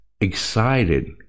excited